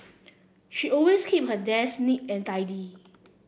she always keeps her desk neat and tidy